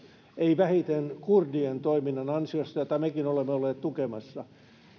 ei vähiten kurdien toiminnan ansiosta jota mekin olemme olleet tukemassa